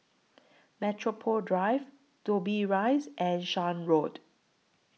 Metropole Drive Dobbie Rise and Shan Road